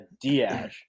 Diaz